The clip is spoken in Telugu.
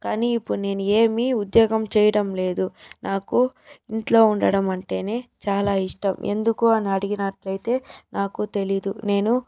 కానీ ఇప్పుడు నేను ఏమీ ఉద్యోగం చేయటం లేదు నాకు ఇంట్లో ఉండడం అంటేనే చాలా ఇష్టం ఎందుకు అని అడిగినట్లయితే నాకు తెలిదు నేను